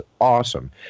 awesome